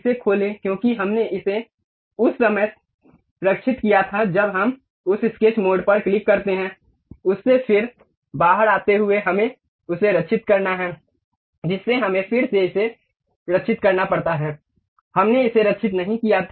इसे खोलें क्योंकि हमने इसे उस समय सेव किया था जब हम उस स्केच मोड पर क्लिक करते हैं उससे फिर बाहर आते हुए हमें उसे सेव करना है जिससे हमें फिर से इसे सेव करना पड़ता है हमने इसे सेव नहीं किया था